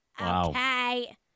Okay